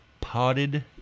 Potted